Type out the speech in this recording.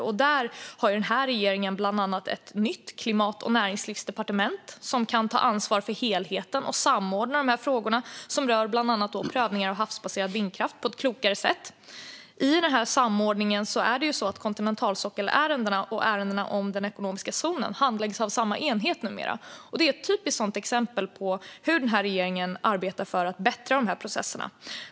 Och där har denna regering bland annat ett nytt klimat och näringslivsdepartement som kan ta ansvar för helheten och samordna dessa frågor som rör bland annat prövningar av havsbaserad vindkraft på ett klokare sätt. I denna samordning handläggs kontinentalsockelärendena och ärendena om den ekonomiska zonen av samma enhet numera. Det är ett typiskt exempel på hur denna regering arbetar för att förbättra dessa processer.